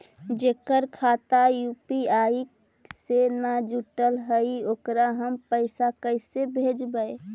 जेकर खाता यु.पी.आई से न जुटल हइ ओकरा हम पैसा कैसे भेजबइ?